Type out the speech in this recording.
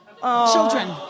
Children